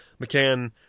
McCann